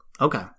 Okay